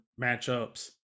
matchups